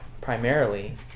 primarily